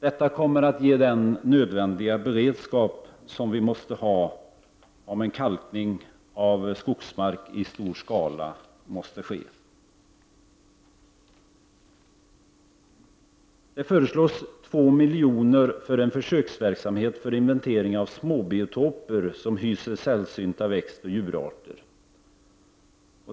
Detta kommer att ge den nödvändiga beredskap som vi måste ha om en kalkning av skogsmark i stor skala måste ske. Regeringen förslår 2 milj.kr. att anslås för en försöksverksamhet för inventering av småbiotoper, som hyser sällsynta växtoch djurarter.